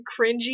cringy